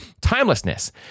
Timelessness